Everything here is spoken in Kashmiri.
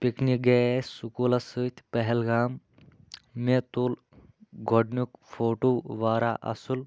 پِکنِک گٔیے أسۍ سکوٗلس سۭتۍ پہلگام مےٚ تُل گۄڈنیُک فوٹوٗ واریاہ اصل